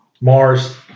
Mars